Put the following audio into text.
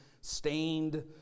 stained